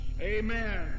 Amen